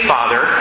Father